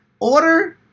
order